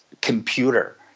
computer